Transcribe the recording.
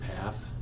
path